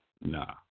Nah